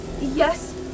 Yes